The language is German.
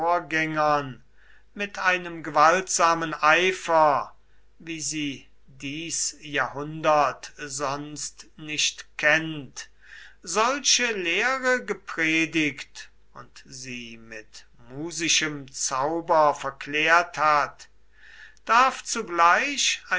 mit einem gewaltsamen eifer wie sie dies jahrhundert sonst nicht kennt solche lehre gepredigt und sie mit musischem zauber verklärt hat darf zugleich